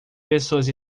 pessoas